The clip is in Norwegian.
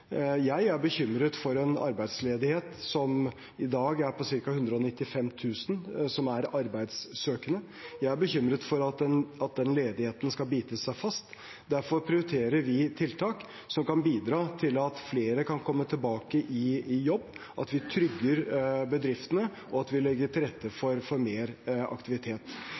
dag er ca. 195 000 som er arbeidssøkende. Jeg er bekymret for at den ledigheten skal bite seg fast. Derfor prioriterer vi tiltak som kan bidra til at flere kan komme tilbake i jobb, at vi trygger bedriftene, og at vi legger til rette for mer aktivitet.